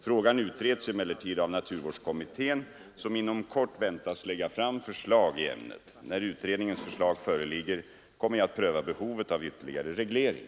Frågan utreds emellertid av naturvårdskommittén, som inom kort väntas lägga fram förslag i ämnet. När utredningens förslag föreligger kommer jag att pröva behovet av ytterligare reglering.